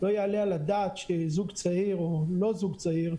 לא יעלה על הדעת שזוג צעיר או לא זוג צעיר,